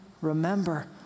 remember